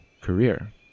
career